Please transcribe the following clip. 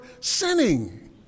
sinning